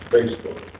Facebook